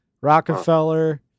Rockefeller